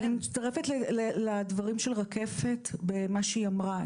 ואני מצטרפת לדברים של רקפת ומה שהיא אמרה: